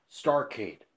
Starcade